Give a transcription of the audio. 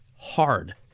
hard